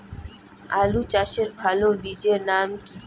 আলু চাষের ভালো বীজের নাম কি?